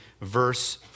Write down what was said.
verse